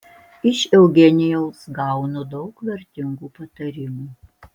iš eugenijaus gaunu daug vertingų patarimų